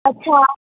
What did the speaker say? अच्छा